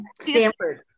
Stanford